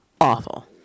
awful